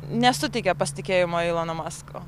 nesuteikia pasitikėjimo ylono masko